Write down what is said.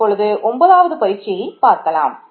இப்பொழுது 9 ஆவதைப் பார்க்கலாம்